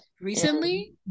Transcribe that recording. Recently